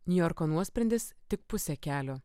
niujorko nuosprendis tik pusę kelio